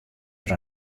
der